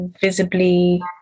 visibly